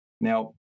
Now